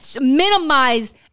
minimize